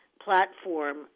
platform